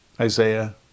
Isaiah